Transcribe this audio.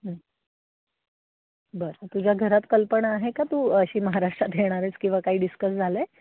बरं तुझ्या घरात कल्पना आहे का तू अशी महाराष्ट्रात येणार आहेस किंवा काही डिस्कस झालं आहे